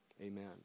amen